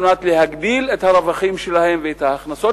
על מנת להגדיל את הרווחים שלהם ואת ההכנסות